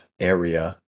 area